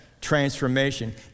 transformation